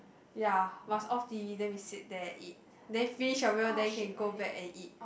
ya must off T_V then we sit there and eat then finish your meal then you can go back and eat